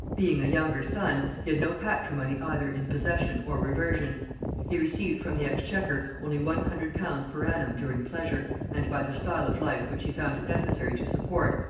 being a younger son, he had no patrimony either in possession or reversion he received from the exchequer only one hundred pounds per annum during pleasure, and by the style of life which he found it necessary to support,